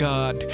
God